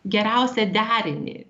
geriausią derinį